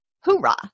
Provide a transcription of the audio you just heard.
hoorah